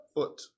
Foot